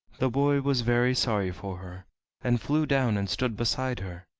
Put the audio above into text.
the boy was very sorry for her and flew down and stood beside her.